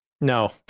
No